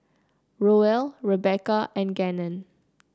Roel Rebecca and Gannon